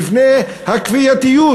בפני הכפייתיות,